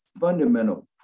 fundamental